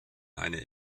eine